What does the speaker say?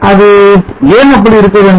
அது ஏன் அப்படி இருக்க வேண்டும்